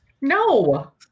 No